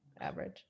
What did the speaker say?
average